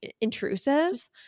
intrusive